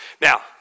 Now